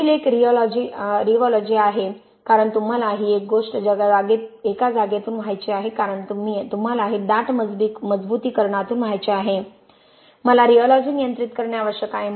पुढील एक रिऑलॉजी आहे कारण तुम्हाला ही गोष्ट एका जागेतून वाहायची आहे कारण तुम्हाला हे दाट मजबुतीकरणातून वाहायचे आहे मला रिऑलॉजी नियंत्रित करणे आवश्यक आहे